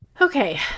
Okay